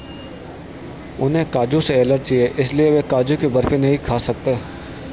उन्हें काजू से एलर्जी है इसलिए वह काजू की बर्फी नहीं खा सकते